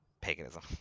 paganism